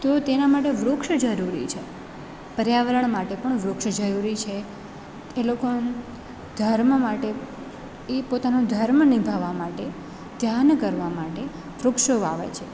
તો તેના માટે વૃક્ષ જરૂરી છે પર્યાવરણ માટે પણ વૃક્ષ જરૂરી છે એ લોકોને ધર્મ માટે એ પોતાનો ધર્મ નીભાવવા માટે ધ્યાન કરવા માટે વૃક્ષો વાવે છે